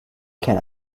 can